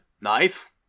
Nice